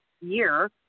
year